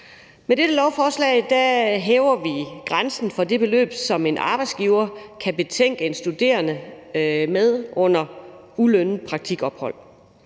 Med dette lovforslag hæver vi grænsen for det beløb, som en arbejdsgiver kan betænke en studerende med under ulønnet praktikophold.